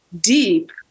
deep